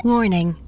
Warning